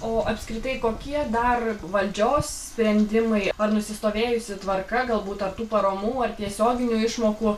o apskritai kokie dar valdžios sprendimai ar nusistovėjusi tvarka galbūt ar tų paramų ar tiesioginių išmokų